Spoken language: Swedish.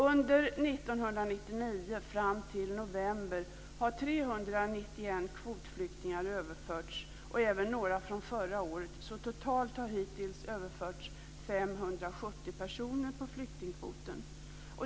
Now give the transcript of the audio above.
Under 1999, fram till november, har 391 kvotflyktingar överförts, och även några från förra året. Totalt har hittills överförts 570 personer på flyktingkvoten.